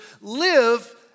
live